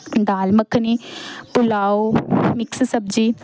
ਦਾਲ ਮੱਖਣੀ ਪੁਲਾਓ ਮਿਕਸ ਸਬਜ਼ੀ